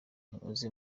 nimuze